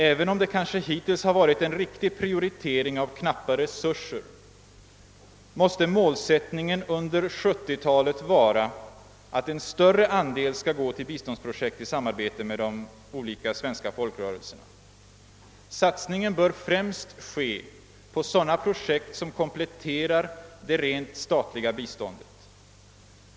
Även om det kanske hittills har varit en riktig prioritering av knappa resurser, måste målsättningen under 1970-talet vara att en större andel skall gå till biståndsprojekt i samarbete med de olika svenska folkrörelserna. Satsningen bör främst ske på sådana projekt som kompletterar det rent statliga biståndet.